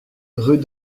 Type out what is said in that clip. rue